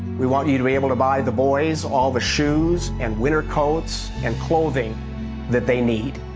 we want you to be able to buy the boys all the shoes and winter coats and clothing that they need,